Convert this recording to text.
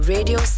Radio